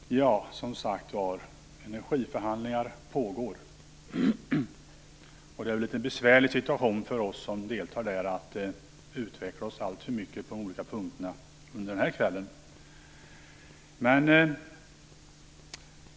Fru talman! Som sagt var: Energiförhandlingar pågår. Det är en litet besvärlig situation för oss som deltar där att utveckla oss alltför mycket på de olika punkterna under den här kvällen.